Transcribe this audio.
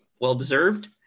Well-deserved